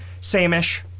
same-ish